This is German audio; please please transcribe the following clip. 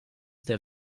der